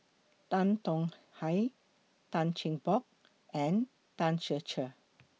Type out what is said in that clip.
Tan Tong Hye Tan Cheng Bock and Tan Ser Cher